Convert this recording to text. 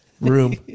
room